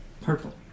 purple